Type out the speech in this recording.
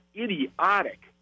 idiotic